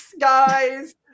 guys